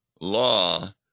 law